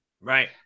Right